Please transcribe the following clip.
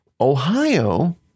Ohio